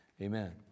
Amen